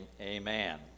Amen